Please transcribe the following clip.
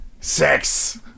sex